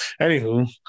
Anywho